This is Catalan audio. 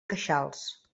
queixals